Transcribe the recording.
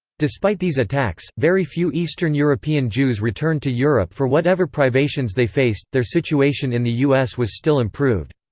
despite these attacks, very few eastern european jews returned to europe for whatever privations they faced, their situation in the us was still improved.